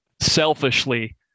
selfishly